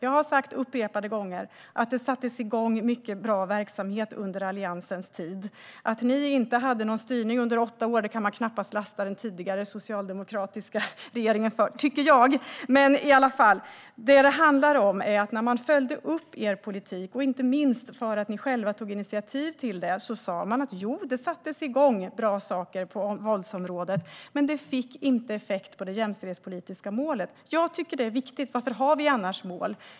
Jag har sagt upprepade gånger att det sattes igång många bra verksamheter under Alliansens tid, men att ni inte hade någon styrning under åtta år tycker jag knappast att man kan lasta den tidigare socialdemokratiska regeringen för. Detta handlar om att när man följde upp er politik, inte minst för att ni själva tog initiativ till det, sa man: Jo, det sattes igång bra saker på våldsområdet, men det fick inte effekt på det jämställdhetspolitiska målet. Jag tycker att detta är viktigt. Varför har vi annars mål?